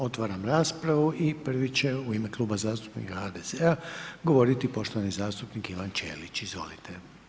Otvaram raspravu i prvi će u ime kluba zastupnika HDZ-a govoriti poštovani zastupnik Ivan Ćelić, izvolite.